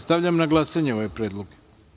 Stavljam na glasanje ovaj predlog.